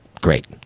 great